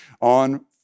on